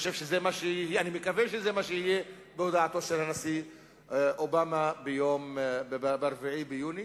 אני מקווה שזה מה שיהיה בהודעתו של הנשיא אובמה ב-4 ביוני,